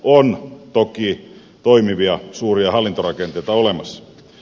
on toki toimivia suuria hallintorakenteita olemassa